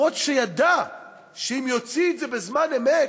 אפילו שהוא ידע שאם יוציא את זה בזמן אמת,